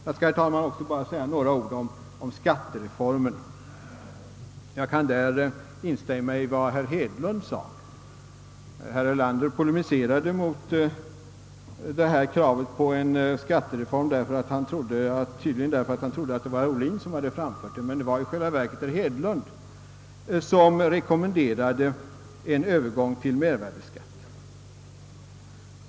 Jag skall, herr talman, bara säga några ord om skattereformerna. Jag kan instämma i vad herr Hedlund sade. Herr Erlander polemiserade mot kravet på en skattereform tydligen därför att han trodde att det var herr Ohlin som hade framställt det, men det var i själva verket herr Hedlund, som rekommenderade en övergång till mervärdeskatt.